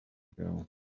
ago